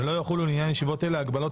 ולא יחולו לעניין ישיבות אלה ההגבלות